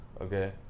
Okay